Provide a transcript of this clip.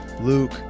Luke